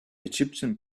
egyptian